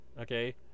Okay